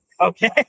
Okay